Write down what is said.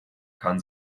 kann